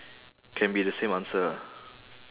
can be the same answer ah